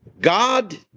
God